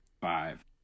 five